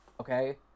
okay